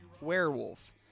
werewolf